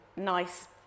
nice